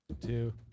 two